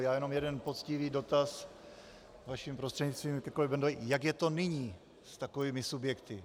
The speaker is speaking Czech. Já jenom jeden poctivý dotaz vaším prostřednictvím ke kolegovi Bendovi, jak je to nyní s takovými subjekty.